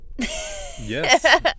yes